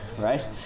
right